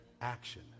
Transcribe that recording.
action